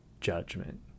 judgment